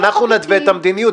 אנחנו נתווה את המדיניות,